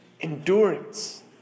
Endurance